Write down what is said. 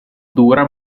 dura